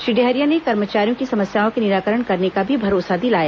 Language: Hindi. श्री डहरिया ने कर्मचारियों की समस्याओं के निराकरण करने का भी भरोसा दिलाया